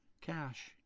cash